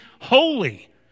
holy